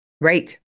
Right